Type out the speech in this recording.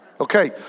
Okay